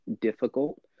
difficult